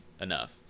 enough